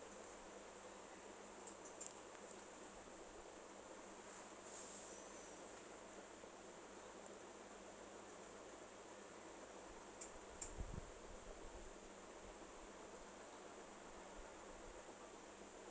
oh